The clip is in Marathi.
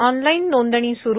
ऑनलाईन नोंदणी सुरू